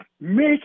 Make